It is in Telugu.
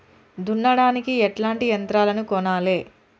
దున్నడానికి ఎట్లాంటి యంత్రాలను కొనాలే?